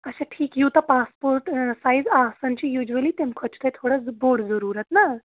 اچھا ٹھیٖک یوٗتاہ پاسپوٹ سایز آسان چھِ یوٗجؤلی تَمہِ کھۄتہٕ چھُ تۄہہِ تھوڑا زٕ بوٚڑ ضروٗرت نا